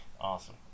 Awesome